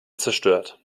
zerstört